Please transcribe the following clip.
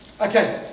Okay